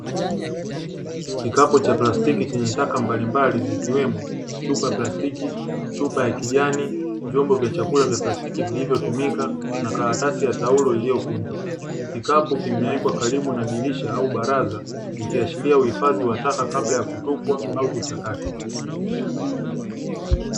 Kikapu cha plastiki chenye taka mbalimbali zikiwemo: chupa ya plastiki, chupa ya kijani, vyombo vya chakula vya plastiki vilivyotumika na karatasi ya taulo iliyokunjwa. Kikapu kimewekwa karibu na dirisha au baraza, ikiashiria uhifadhi wa taka kabla ya kutupwa au kuchakatwa.